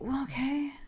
Okay